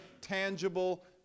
tangible